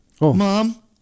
Mom